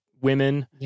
women